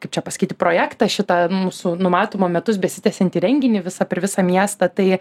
kaip čia pasakyti projektą šitą mūsų numatomą metus besitęsiantį renginį visą per visą miestą tai